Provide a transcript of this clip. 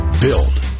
build